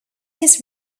his